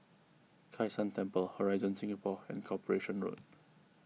Kai San Temple Horizon Singapore and Corporation Road